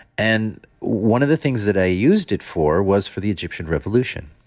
and one of the things that i used it for was for the egyptian revolution.